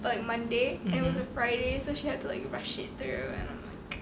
by monday to friday so she had like rush it through and